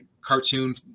cartoon